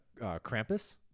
krampus